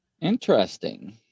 Interesting